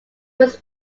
was